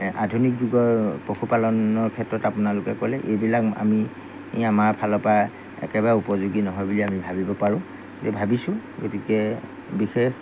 আধুনিক যুগৰ পশুপালনৰ ক্ষেত্ৰত আপোনালোকে ক'লে এইবিলাক আমি আমাৰ ফালৰপৰা একেবাৰে উপযোগী নহয় বুলি আমি ভাবিব পাৰোঁ এই ভাবিছোঁ গতিকে বিশেষ